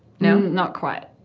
no? not quite.